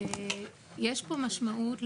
יש פה משמעות לשטחים,